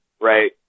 right